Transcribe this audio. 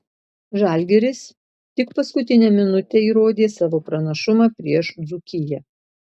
žalgiris tik paskutinę minutę įrodė savo pranašumą prieš dzūkiją